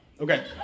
Okay